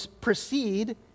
proceed